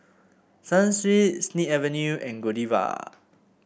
Sunsweet Snip Avenue and Godiva